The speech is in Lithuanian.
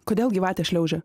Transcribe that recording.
kodėl gyvatė šliaužia